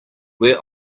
where